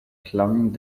klang